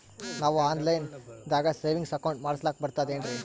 ನಾವು online ದಾಗ savings account ಮಾಡಸ್ಲಾಕ ಬರ್ತದೇನ್ರಿ?